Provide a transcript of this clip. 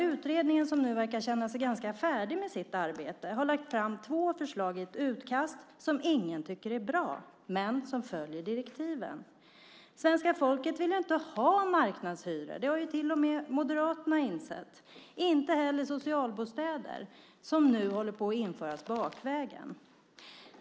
Utredningen, som nu börjar känna sig ganska färdig med sitt arbete, har lagt fram två förslag i ett utkast som ingen tycker är bra, men som följer direktiven. Svenska folket vill inte ha marknadshyror. Det har till och med Moderaterna insett. Det vill inte heller ha socialbostäder, som nu håller på att införas bakvägen.